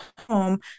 Home